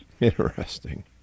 Interesting